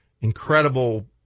incredible